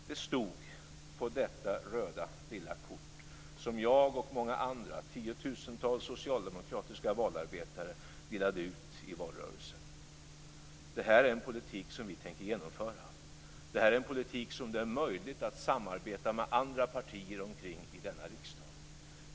Detta stod på det röda lilla kort som jag och tiotusentals andra socialdemokratiska valarbetare delade ut i valrörelsen. Det här är en politik som vi tänker genomföra. Det är en politik som det är möjligt att samarbeta med andra partier omkring i denna riksdag.